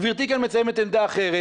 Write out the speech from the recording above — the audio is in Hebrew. גברתי כאן מציינת עמדה אחרת.